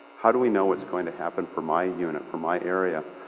how do we know what's going to happen for my unit, for my area?